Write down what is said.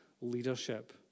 leadership